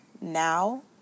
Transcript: now